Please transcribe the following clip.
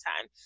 time